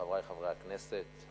חברי חברי הכנסת,